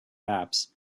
apps